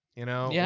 you know. yeah